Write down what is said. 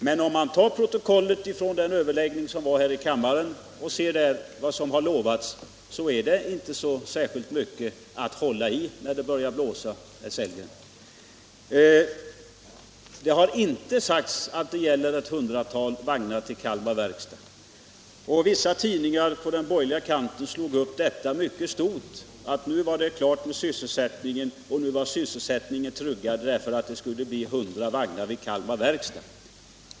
Men om man tar protokollet från överläggningen här i kammaren och ser vad som har lovats, så finner man att det inte är så särskilt mycket att hålla i när det börjar blåsa, herr Sellgren. Det har inte sagts att det gäller ett hundratal vagnar till Kalmar Verkstad. Vissa tidningar på den borgerliga kanten slog upp detta mycket stort, att nu var det klart med sysselsättningen och nu var sysselsättningen tryggad därför att det skulle byggas 100 vagnar vid Kalmar Verkstad.